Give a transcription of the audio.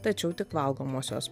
tačiau tik valgomosios